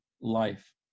life